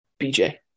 BJ